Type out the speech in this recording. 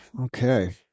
okay